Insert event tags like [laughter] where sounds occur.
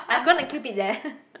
I'm gonna keep it there [laughs]